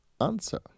answer